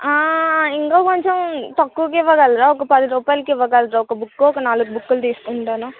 ఆ ఇంకా కొంచెం తక్కువకి ఇవ్వగలరా ఒక పది రూపాయలకి ఇవ్వగలరా ఒక బుక్ ఒక నాలుగు బుక్లు తీసుకుంటాను